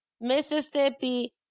mississippi